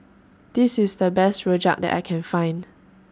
This IS The Best Rojak that I Can Find